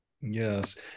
Yes